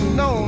no